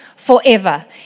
forever